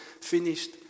finished